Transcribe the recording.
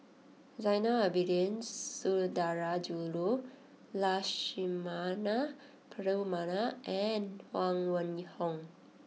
Zainal Abidin Sundarajulu Lakshmana Perumal and Huang Wenhong